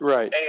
Right